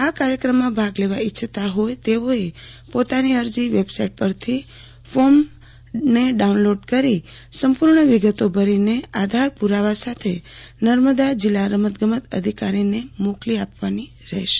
આ કાર્યક્રમમાં ભાગ લેવા ઇચ્છતા હોય તેઓએ પોતાની અરજી વેબસાઇટ પરથી ફોર્મ ડાઉનલોડ કરી સંપૂર્ણ વિગતો ભરીને આધાર પુરાવા સાથે નર્મદા જિલ્લા રમતગમત અધિકારીને મોકલી આપવાની રહેશે